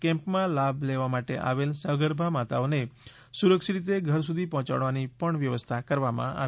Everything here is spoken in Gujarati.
કેમ્પમાં લાભ લેવા માટે આવેલ સગર્ભા માતાઓને સુરક્ષિત રીતે ઘર સુધી પહોંચાડવાની વ્યવસ્થા પણ કરવામાં આવી હતી